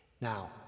Now